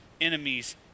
enemies